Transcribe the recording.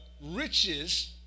riches